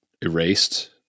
erased